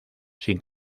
sin